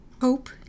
Hope